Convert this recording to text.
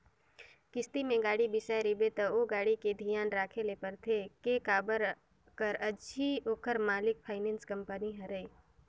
किस्ती में गाड़ी बिसाए रिबे त ओ गाड़ी के धियान राखे ल परथे के काबर कर अझी ओखर मालिक फाइनेंस कंपनी हरय